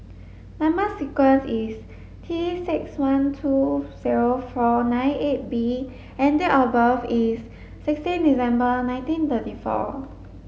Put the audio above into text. number sequence is T six one two zero four nine eight B and date of birth is sixteen December nineteen thirty four